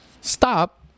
Stop